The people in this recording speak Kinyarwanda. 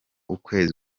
ukwezi